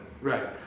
Right